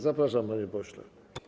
Zapraszam, panie pośle.